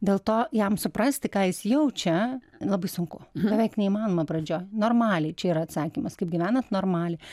dėl to jam suprasti ką jis jaučia labai sunku beveik neįmanoma pradžioj normaliai čia yra atsakymas kaip gyvenat normaliai